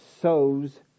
sows